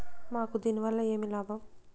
మాకు దీనివల్ల ఏమి లాభం